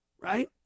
Right